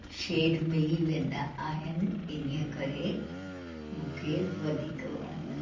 shade मिली वेंदी आहिनि इन्हीअ करे मूंखे वधीक वणंदा आहिनि